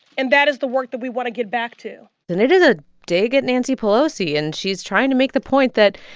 and that is the work that we want to get back to and they did a dig at nancy pelosi. and she is trying to make the point that,